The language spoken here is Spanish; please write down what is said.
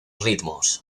ritmos